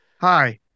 hi